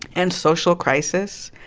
and social crisis,